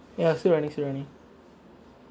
ya still running still running